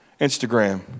Instagram